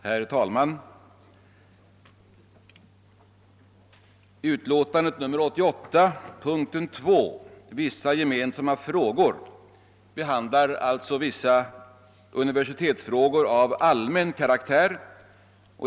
Herr talman! Punkt 2 i utlåtande nr 88 om vissa gemensamma frågor behandlar universitetsfrågor av allmän karaktär.